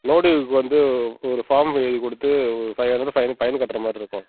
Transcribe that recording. no ட்யூவ்க்கு வந்து ஒரு ஃபார்ம் எழுதி கொடுத்து ஒரு five hundred five hundred fine கட்டுற மாதிரி இருக்கும்